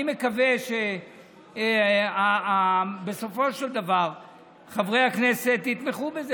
אני מקווה שבסופו של דבר חברי הכנסת יתמכו בזה,